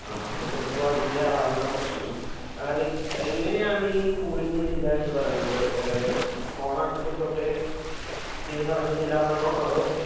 ആ അപ്പം ചിലപ്പം അതിൻ്റെയാകാം പ്രശ്നം ലൈക് എങ്ങനെയാണീ കൂളിങ്ങ് ഇല്ലായെന്ന് പറയുന്നത് ഓണാക്കുമ്പത്തൊട്ടേ തീരെ തണുക്കുന്നില്ലാന്നാണോ അതോ